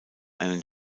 einen